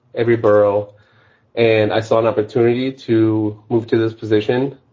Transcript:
every burle and i saw an opportunity to move to this position,